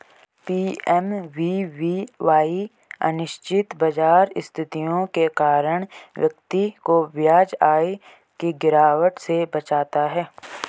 PMVVY अनिश्चित बाजार स्थितियों के कारण व्यक्ति को ब्याज आय की गिरावट से बचाता है